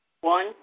One